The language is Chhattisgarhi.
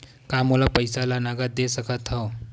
का मोला पईसा ला नगद दे सकत हव?